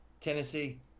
Tennessee